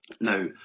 Now